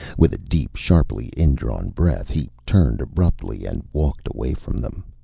with a deep, sharply indrawn breath, he turned abruptly and walked away from them.